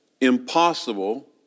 impossible